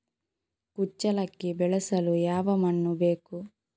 ಕುಚ್ಚಲಕ್ಕಿ ಬೆಳೆಸಲು ಯಾವ ಮಣ್ಣು ಬೇಕು?